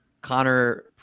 Connor